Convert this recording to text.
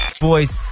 Boys